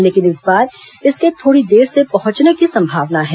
लेकिन इस बार इसके थोड़ी देर से पहुंचने की संभावना है